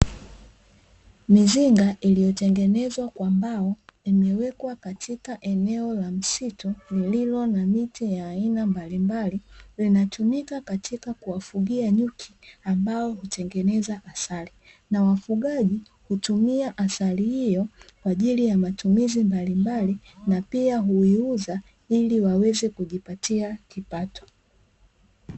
Mizinga iliyotengenezwa kwa mbao imewekwa katika eneo la msitu lililo na miti ya aina mbalimbali, inatumika katika kuwafugia nyuki ambao hutengeneza asali na wafugaji hutumia asali hiyo kwa ajili ya matumizi mbalimbali na pia huiuza ili waweze kujipatia kipato.